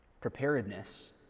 Preparedness